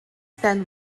then